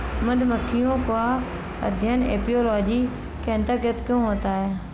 मधुमक्खियों का अध्ययन एपियोलॉजी के अंतर्गत क्यों होता है?